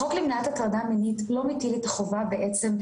החוק למניעת הטרדה מינית לא מתיר את החובה בעצם,